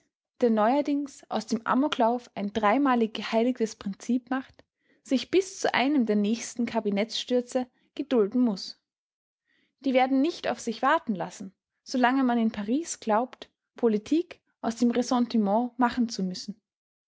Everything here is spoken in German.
der neuerdings aus dem amoklauf ein dreimal geheiligtes prinzip macht sich bis zu einem der nächsten kabinettsstürze gedulden muß die werden nicht auf sich warten lassen solange man in paris glaubt politik aus dem ressentiment machen zu müssen